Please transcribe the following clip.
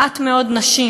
של מעט מאוד נשים.